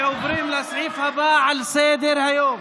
עוברים לסעיף הבא על סדר-היום,